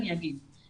אני אגיד,